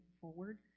forward